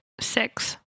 Six